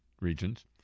regions